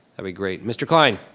be great. mr. cline.